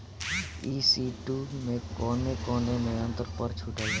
ई.सी टू मै कौने कौने यंत्र पर छुट बा?